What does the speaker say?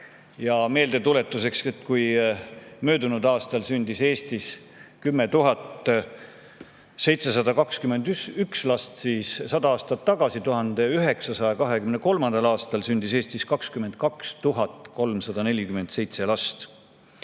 Ja meeldetuletuseks: kui möödunud aastal sündis Eestis 10 721 last, siis 100 aastat tagasi, 1923. aastal sündis Eestis 22 347 last. Ja